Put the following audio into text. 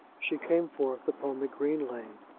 she came forth upon the green lane,